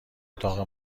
اتاق